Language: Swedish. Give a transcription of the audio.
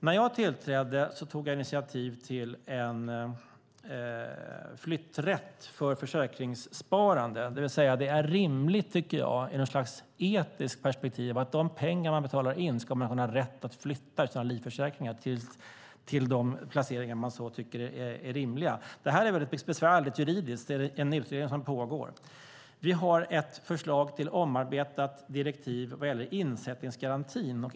När jag tillträdde tog jag initiativ till en flytträtt för försäkringssparande, det vill säga att det ur något slags etiskt perspektiv är rimligt att man ska ha rätt att flytta de pengar man betalar in utan att ha livförsäkring till de placeringar man tycker är rimliga. Det här är juridiskt väldigt besvärligt och det pågår en utredning. Vi har ett förslag till omarbetat direktiv vad gäller insättningsgarantin.